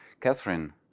Catherine